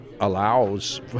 allows